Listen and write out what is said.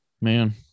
Man